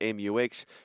MUX